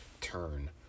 turn